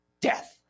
death